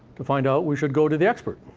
to find out, we should go to the expert,